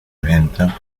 venta